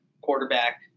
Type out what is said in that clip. quarterback